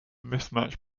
mismatch